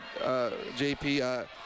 JP